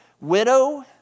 widow